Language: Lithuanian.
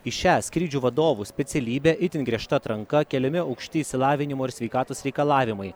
į šią skrydžių vadovų specialybę itin griežta atranka keliami aukšti išsilavinimo ir sveikatos reikalavimai